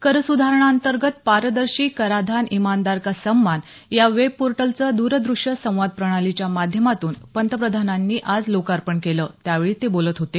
कर सुधारणांतर्गत पारदर्शी कराधान इमानदार का सम्मान या वेब पोर्टलचं दूरदृश्य संवाद प्रणालीच्या माध्यमातून पंतप्रधानांनी आज लोकार्पण केलं त्यावेळी ते बोलत होते